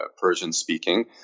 Persian-speaking